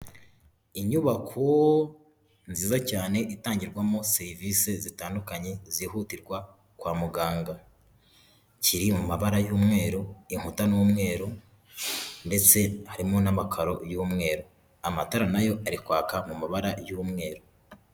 Inyubako nziza cyane itangirwamo serivisi zitandukanye zihutirwa kwa muganga. Kiri mu mabara y'umweru, inkuta n'umweru, ndetse harimo n'amakaro y'umweru. amatara nayo ari kwaka mu mabara y'umweru.